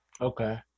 okay